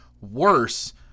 worse